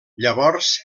llavors